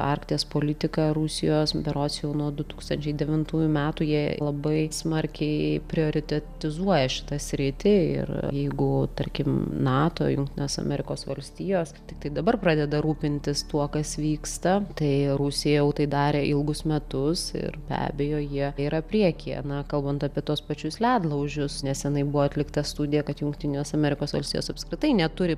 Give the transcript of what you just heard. arkties politika rusijos berods jau nuo du tūkstančiai devintųjų metų jie labai smarkiai prioritetizuoja šitą sritį ir jeigu tarkim nato jungtinės amerikos valstijos tiktai dabar pradeda rūpintis tuo kas vyksta tai rusija jau tai darė ilgus metus ir be abejo jie yra priekyje na kalbant apie tuos pačius ledlaužius nesenai buvo atlikta studija kad jungtinės amerikos valstijos apskritai neturi